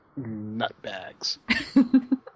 nutbags